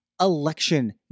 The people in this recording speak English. Election